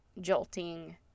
jolting